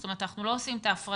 אנחנו לא עושים את ההפרדה.